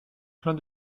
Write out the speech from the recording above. plein